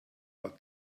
hat